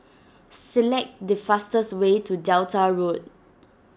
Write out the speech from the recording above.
select the fastest way to Delta Road